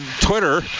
Twitter